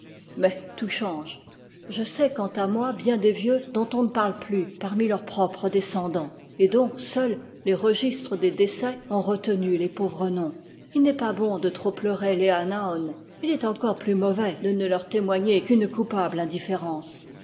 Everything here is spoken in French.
mais tout change je sais quant à moi bien des vieux dont on ne parle plus parmi leurs propres descendants et dont seuls les registres des décès ont retenu les pauvres noms il n'est pas bon de trop pleurer les a naôn il est encore plus mauvais de ne leur témoigner qu'une coupable indifférence